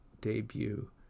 debut